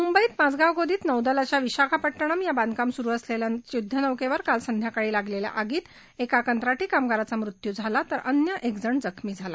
मुंबईत माझगाव गोदीत नौदलाच्या विशाखापट्टणम या बांधकाम सुरु असलेल्या युद्धनौकेवर काल संध्याकाळी लागलेल्या आगीत एका कंत्राटी कामगाराचा मृत्यू झाला तर अन्य एक जण जखमी झाला